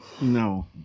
No